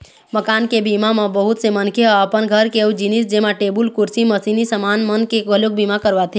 मकान के बीमा म बहुत से मनखे ह अपन घर के अउ जिनिस जेमा टेबुल, कुरसी, मसीनी समान मन के घलोक बीमा करवाथे